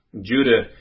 Judah